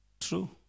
true